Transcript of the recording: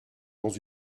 dans